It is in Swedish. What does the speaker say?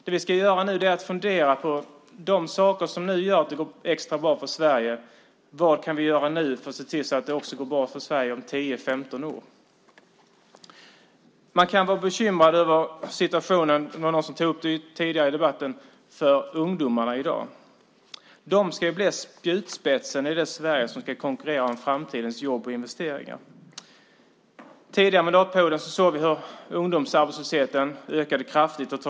Det vi ska göra är att fundera på de saker som gör att det går extra bra för Sverige nu. Vad kan vi göra för att se till att det också går bra för Sverige om 10-15 år? Någon tog tidigare upp i debatten att man kan vara bekymrad över situationen för ungdomarna i dag. De ska bli spjutspetsen i det Sverige som ska konkurrera om framtidens jobb och investeringar. Tidigare mandatperioder såg vi hur ungdomsarbetslösheten ökade kraftigt.